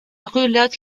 relate